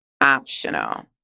optional